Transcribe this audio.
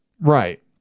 Right